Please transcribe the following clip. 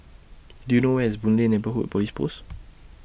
Do YOU know Where IS Boon Lay Neighbourhood Police Post